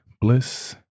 bliss